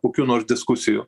kokių nors diskusijų